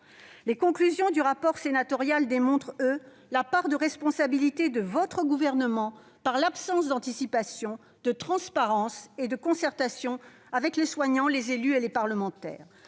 Les conclusions du rapport sénatorial démontrent, elles, la part de responsabilité de votre gouvernement en raison de l'absence d'anticipation, de transparence et de concertation avec les soignants, les élus et les parlementaires.